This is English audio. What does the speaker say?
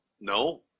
No